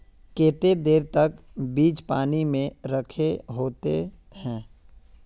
केते देर तक बीज पानी में रखे होते हैं?